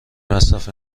مصرف